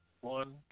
one